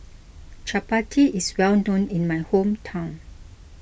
Chappati is well known in my hometown